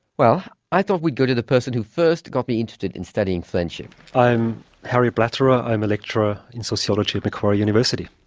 well, i thought we'd go to the person who first got me interested in studying friendship. i'm harry blatterer, i'm a lecturer in sociology at macquarie university.